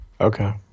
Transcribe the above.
Okay